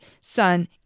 son